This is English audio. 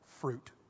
Fruit